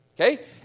Okay